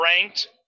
ranked